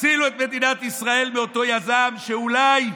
תצילו את מדינת ישראל מאותו יזם, שאולי,